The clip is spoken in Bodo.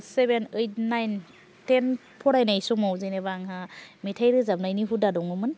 सेभेन आइट नाइन थेन फरायनाय समाव जेनोबा आंना मेथाय रोजाबनायनि हुदा दंमोन